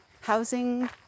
housing